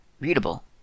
readable